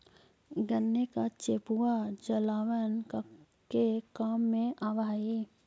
गन्ने का चेपुआ जलावन के काम भी आवा हई